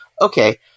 okay